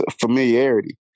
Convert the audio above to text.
familiarity